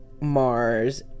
mars